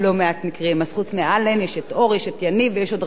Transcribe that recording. ויש עוד רבים אחרים שהסיפור שלהם מאוד דומה.